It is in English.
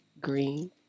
green